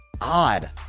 Odd